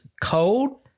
cold